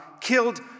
killed